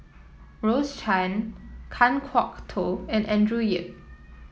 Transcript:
Rose Chan Kan Kwok Toh and Andrew Yip